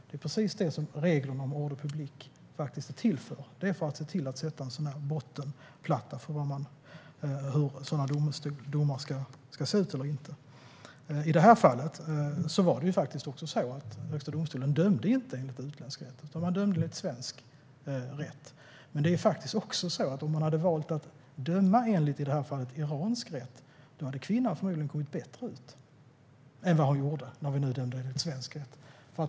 Det är precis tvärtom - reglerna om ordre public är till för att sätta en bottenplatta för hur sådana domar ska se ut. I detta fall var det så att Högsta domstolen inte dömde enligt utländsk rätt, utan man dömde enligt svensk rätt. Men det är också så att om man hade valt att döma enligt - i det här fallet - iransk rätt hade utfallet för kvinnan förmodligen blivit bättre än vad som nu blev fallet, när man dömde enligt svensk rätt.